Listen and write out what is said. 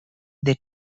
they